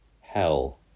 hell